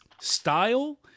style